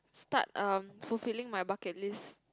start um fulfilling my bucket list